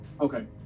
Okay